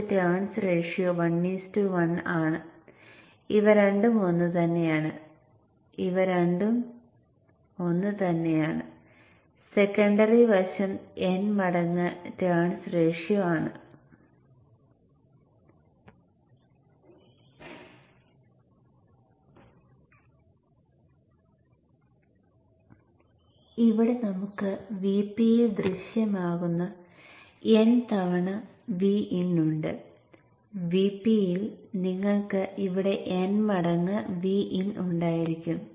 അത് ഗ്രൌണ്ടുമായി ബന്ധിപ്പിച്ചിരിക്കുന്നു